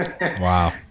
Wow